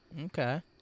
Okay